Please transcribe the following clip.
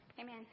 Amen